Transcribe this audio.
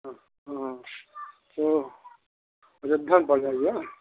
हाँ हाँ हाँ ओह अयोध्या क बल भैया